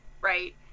right